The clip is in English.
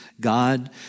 God